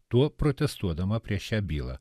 tuo protestuodama prieš šią bylą